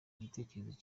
igitekerezo